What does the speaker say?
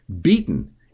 beaten